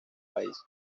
país